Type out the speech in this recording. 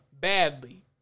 badly